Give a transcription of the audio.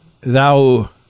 thou